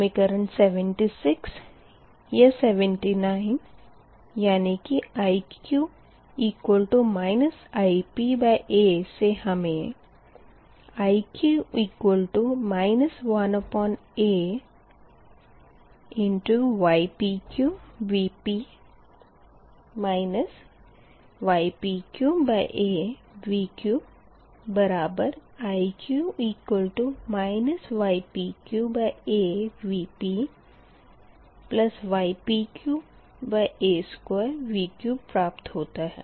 समीकरण 76 या 79 यानी कि Iq Ipa से हमें Iq 1aypqVp ypqaVq बराबर Iq ypqaVpypqa2Vq प्राप्त होता है